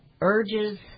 urges